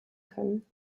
können